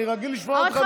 אני רגיל לשמוע אותך מפה?